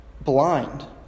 blind